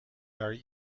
very